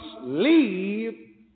leave